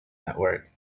network